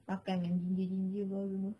makan dengan ginger ginger kau ke apa